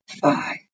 five